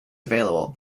available